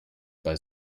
bei